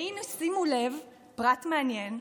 והינה, שימו לב, פרט מעניין,